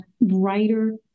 brighter